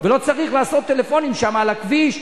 ולא צריך לעשות טלפונים על הכביש,